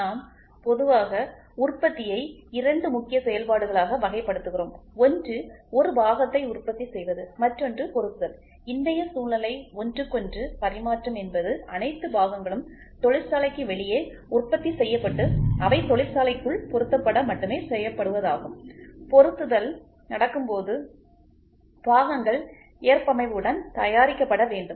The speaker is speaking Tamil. நாம் பொதுவாக உற்பத்தியை 2 முக்கிய செயல்பாடுகளாக வகைப்படுத்துகிறோம் ஒன்று ஒரு பாகத்தை உற்பத்தி செய்வது மற்றொன்று பொருத்துதல் இன்றைய சூழ்நிலை ஒன்றுக்கொன்று பரிமாற்றம் என்பது அனைத்து பாகங்களும் தொழிற்சாலைக்கு வெளியே உற்பத்தி செய்யப்பட்டு அவை தொழிற்சாலைக்குள் பொருத்தப்பட மட்டுமே செய்யப்படுவதாகும் பொருத்குதல் நடக்கும்போது பாகங்கள் ஏற்பமைவுடன் தயாரிக்கப்பட வேண்டும்